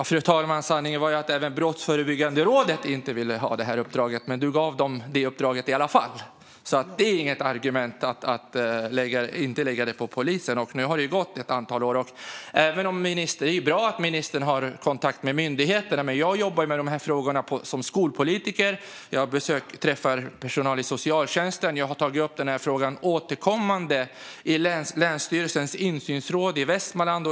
Fru talman! Sanningen är att inte heller Brå ville ha det här uppdraget, men Morgan Johansson gav dem uppdraget i alla fall. Det är alltså inget argument för att det inte lades på polisen. Nu har det gått ett antal år. Det är bra att ministern har kontakt med myndigheterna, men jag jobbar med de här frågorna som skolpolitiker. Jag träffar personal i socialtjänsten och har återkommande tagit upp den här frågan i länsstyrelsens insynsråd i Västmanland.